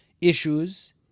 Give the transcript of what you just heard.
issues